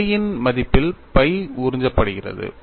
K இன் மதிப்பில் pi உறிஞ்சப்படுகிறது